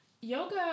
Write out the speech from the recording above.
Yoga